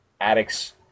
addicts